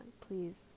please